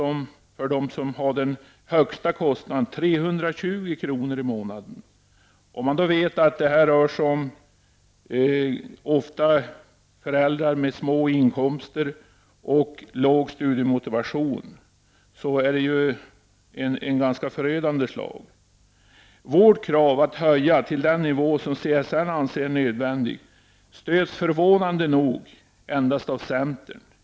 i månaden för dem som har de högsta kostnaderna. Om man vet att det ofta gäller föräldrar med små inkomster och låg studiemotivation förstår man att det är ett förödande slag. Vårt krav att höja till den nivå som CSN anser är nödvändig stöds förvånande nog endast av centern.